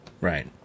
Right